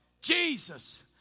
Jesus